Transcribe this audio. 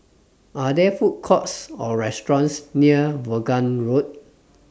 Are There Food Courts Or restaurants near Vaughan Road